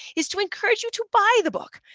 is to encourage you to buy the book.